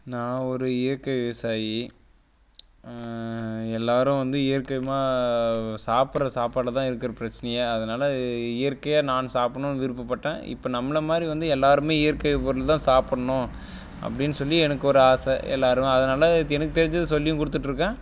நான் ஒரு இயற்கை விவசாயி எல்லாேரும் வந்து இயற்கையமாக சாப்பிட்டுற சாப்பாடில் தான் இருக்கிற பிரச்சினையே அதனால இயற்கையாக நான் சாப்பிடணும்னு விருப்பப்பட்டேன் இப்போ நம்மளை மாதிரி வந்து எல்லாேருமே இயற்கை பொருள் தான் சாப்பிடணும் அப்படினு சொல்லி எனக்கு ஒரு ஆசை எல்லாேரும் அதனால் எனக்கு தெரிஞ்சது சொல்லியும் கொடுத்துட்டு இருக்கேன்